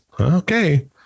Okay